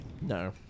No